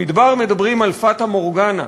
במדבר מדברים על פטה מורגנה,